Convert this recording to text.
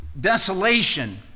Desolation